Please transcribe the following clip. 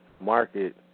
market